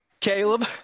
Caleb